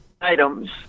items